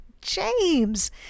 James